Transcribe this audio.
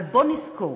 אבל בואו נזכור